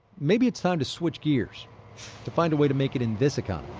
maybe it's time to switch gears to find a way to make it in this like um